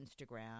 Instagram